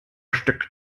steckt